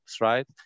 right